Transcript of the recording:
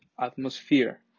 atmosphere